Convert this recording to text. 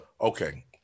Okay